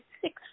six